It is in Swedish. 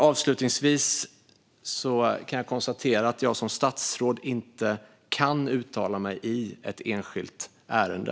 Avslutningsvis konstaterar jag att jag som statsråd inte kan uttala mig i ett enskilt ärende.